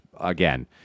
again